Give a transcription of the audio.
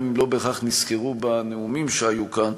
גם אם לא בהכרח נסקרו בנאומים שהיו כאן.